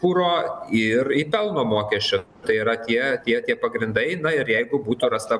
kuro ir į pelno mokesčio tai yra tie tie tie pagrindai na ir jeigu būtų rasta